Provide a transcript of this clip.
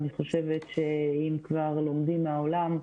אני חושבת שאם כבר לומדים מהעולם,